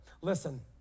Listen